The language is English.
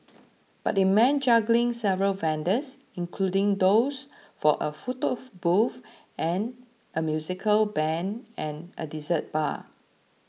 but it meant juggling several vendors including those for a photo booth a musical band and a dessert bar